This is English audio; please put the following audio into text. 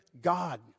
God